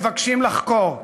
מבקשים לחקור.